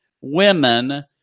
women